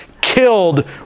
killed